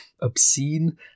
obscene